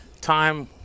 Time